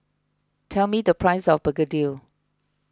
tell me the price of Begedil